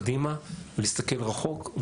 קדימה ולהסתכל רחוק,